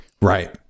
right